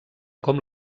com